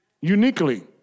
Uniquely